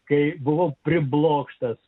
kai buvau priblokštas